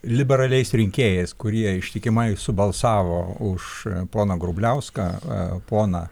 liberaliais rinkėjais kurie ištikimai subalsavo už poną grubliauską a poną